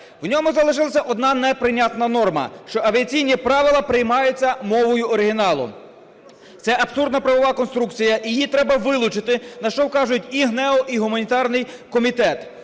в ньому залишилася одна неприйнятна норма, що авіаційні правила приймаються мовою оригіналу. Це абсурдна правова конструкція, її треба вилучити, на що вказують і ГНЕУ, і гуманітарний комітет.